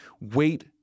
wait